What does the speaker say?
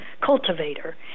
cultivator